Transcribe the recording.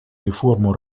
реформу